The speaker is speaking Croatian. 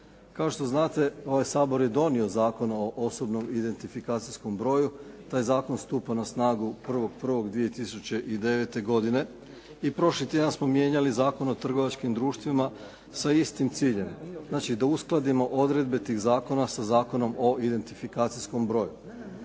Kao što znate, ovaj Sabor je donio Zakon o osobnom identifikacijskom broju. Taj zakon stupa na snagu 1.1.2009. godine. I prošli tjedan smo mijenjali Zakon o trgovačkim društvima sa istim ciljem. Znači da uskladimo odredbe tih zakona sa Zakonom o identifikacijskom broju.